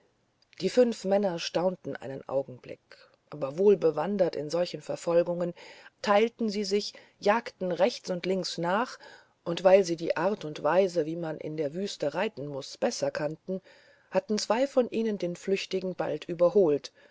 die fünf männer staunten einen augenblick aber wohlbewandert in solchen verfolgungen teilten sie sich jagten rechts und links nach und weil sie die art und weise wie man in der wüste reiten muß besser kannten hatten zwei von ihnen den flüchtling bald überholt